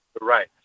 right